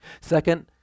Second